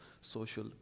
social